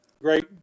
Great